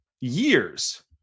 Years